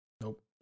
Nope